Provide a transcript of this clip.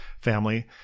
family